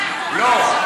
לא,